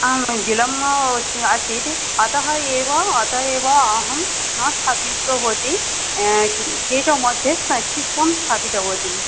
आं बिलम्म् आसीत् अतः एव अतः एव अहं न स्थापितवती डेटामध्ये शैक्षिकं स्थापितवती